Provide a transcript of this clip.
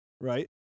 right